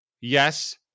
Yes